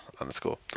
underscore